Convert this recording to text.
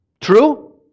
True